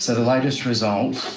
so the latest result